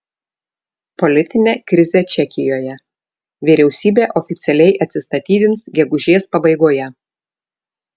politinė krizė čekijoje vyriausybė oficialiai atsistatydins gegužės pabaigoje